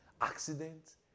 Accidents